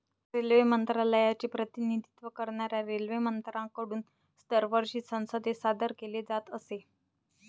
railway मंत्रालयाचे प्रतिनिधित्व करणाऱ्या रेल्वेमंत्र्यांकडून दरवर्षी संसदेत सादर केले जात असे